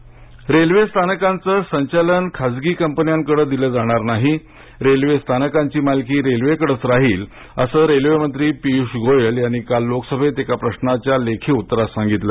संसद रेल्वे स्थानकांचं संचालन खासगी कंपन्याकडे दिले जाणार नाही रेल्वे स्थानकांची मालकी रेल्वेकडेच राहील असे रेल्वेमंत्री पियुष गोयल यांनी काल लोकसभेत एक प्रश्नाच्या लेखी उत्तरात सांगितले